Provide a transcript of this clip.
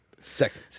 second